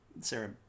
Sarah